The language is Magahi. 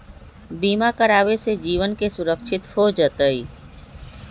बीमा करावे से जीवन के सुरक्षित हो जतई?